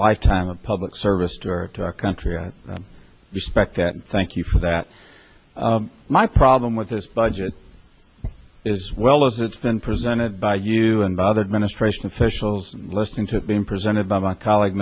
lifetime of public service to our country i respect that thank you for that my problem with this budget is well as it's been presented by you and bothered ministration officials listening to it being presented by my colleague